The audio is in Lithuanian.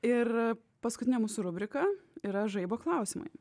ir paskutinė mūsų rubrika yra žaibo klausimai